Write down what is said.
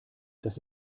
das